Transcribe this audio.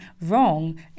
wrong